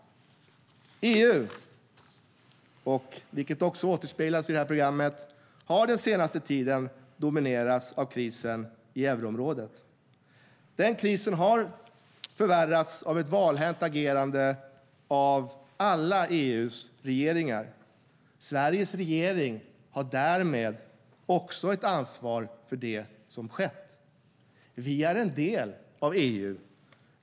EU har den senaste tiden dominerats av krisen i euroområdet. Det återspeglas också i programmet. Den krisen har förvärrats av ett valhänt agerande av EU:s alla regeringar. Sveriges regering har också ett ansvar för det som skett. Vi är en del av EU.